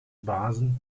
basen